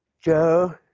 joe?